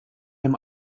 dem